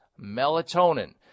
melatonin